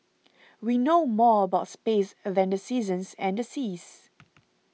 we know more about space than the seasons and the seas